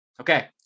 Okay